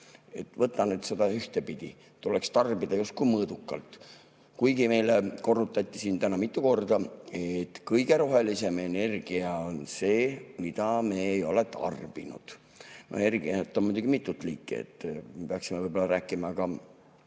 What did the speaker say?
Võta nüüd [kinni]! Ühtepidi tuleks tarbida justkui mõõdukalt, kuigi meile korrutati siin täna mitu korda, et kõige rohelisem energia on see, mida me ei ole tarbinud. Energiat on muidugi mitut liiki. Me peaksime võib-olla rääkima ka